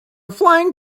flying